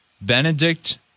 Benedict